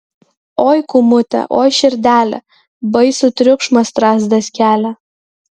oi kūmute oi širdele baisų triukšmą strazdas kelia